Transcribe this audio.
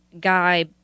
guy